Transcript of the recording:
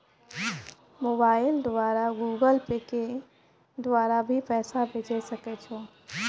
Mobile द्वारा Google Pay के द्वारा भी पैसा भेजै सकै छौ?